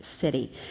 city